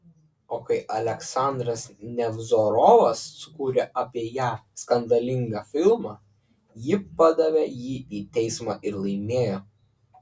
o kai aleksandras nevzorovas sukūrė apie ją skandalingą filmą ji padavė jį į teismą ir laimėjo